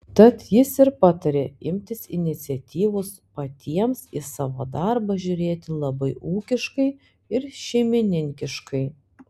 tad jis ir patarė imtis iniciatyvos patiems į savo darbą žiūrėti labai ūkiškai ir šeimininkiškai